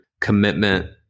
commitment